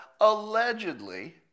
allegedly